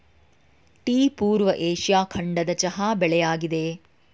tea ಪೂರ್ವ Asia ಖಂಡದ ಚಹಾ ಬೆಳೆಯಾಗಿದೆ